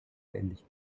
ähnlich